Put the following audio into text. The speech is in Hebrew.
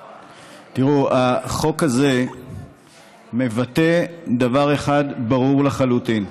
תראו, החוק הזה מבטא דבר אחד ברור לחלוטין: